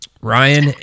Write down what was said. Ryan